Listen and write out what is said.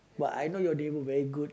but I know your neighbour very good